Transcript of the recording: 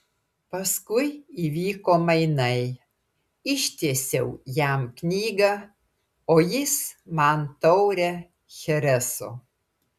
paskui įvyko mainai ištiesiau jam knygą o jis man taurę chereso